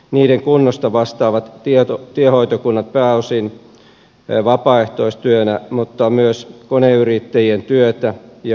niiden kunnosta vastaavat tiehoitokunnat pääosin vapaaehtoistyönä mutta myös koneyrittäjien työtä ja perusparannuksia tarvitaan